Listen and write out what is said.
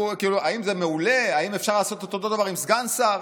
האם זה מעולה, האם אפשר לעשות אותו דבר עם סגן שר?